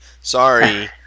Sorry